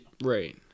Right